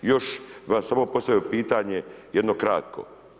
Još bih vam samo postavio pitanje jedno kratko.